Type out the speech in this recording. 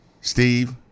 Steve